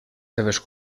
seves